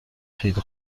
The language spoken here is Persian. خیلی